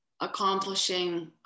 accomplishing